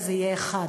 אז זה יהיה אחד.